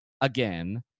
again